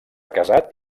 casat